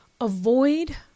avoid